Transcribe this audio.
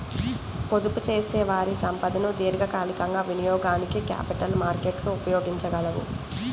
పొదుపుచేసేవారి సంపదను దీర్ఘకాలికంగా వినియోగానికి క్యాపిటల్ మార్కెట్లు ఉపయోగించగలవు